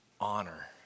honor